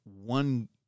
one